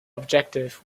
objective